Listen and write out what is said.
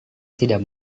tidak